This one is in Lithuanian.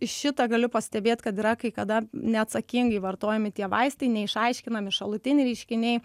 iš šito galiu pastebėt kad yra kai kada neatsakingai vartojami tie vaistai neišaiškinami šalutiniai reiškiniai